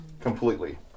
completely